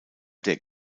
der